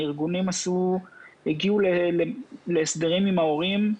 הארגונים הגיעו להסדרים עם ההורים.